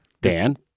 Dan